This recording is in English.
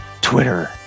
twitter